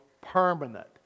permanent